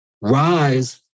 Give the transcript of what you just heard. Rise